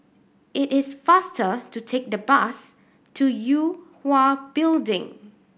it is faster to take the bus to Yue Hwa Building